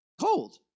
cold